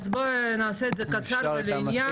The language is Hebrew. אז נעשה את זה קצר ולעניין.